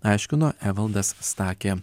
aiškino evaldas stakė